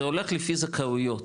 זה הולך לפי זכאויות.